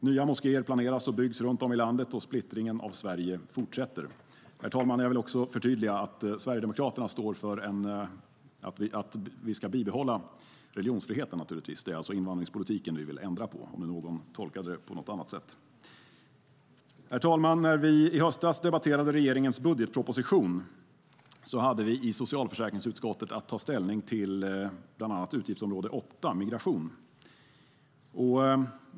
Nya moskéer planeras och byggs runt om i landet, och splittringen av Sverige fortsätter. Herr talman! Jag vill förtydliga att Sverigedemokraterna står för att vi ska bibehålla religionsfriheten. Det är invandringspolitiken vi vill ändra på, om nu någon tolkade det på något annat sätt. Herr talman! När vi i höstas debatterade regeringens budgetproposition hade vi i socialförsäkringsutskottet att ta ställning bland annat till utgiftsområde 8 Migration.